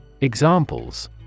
Examples